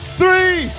three